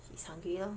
she's hungry lor